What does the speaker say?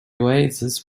oasis